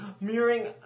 mirroring